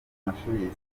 mashuri